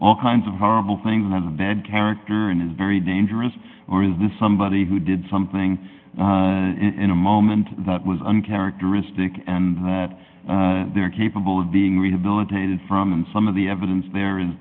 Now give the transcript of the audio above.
all kinds of horrible things as a bad character and is very dangerous or is this somebody who did something in a moment that was uncharacteristic and they're capable of being rehabilitated from some of the evidence there is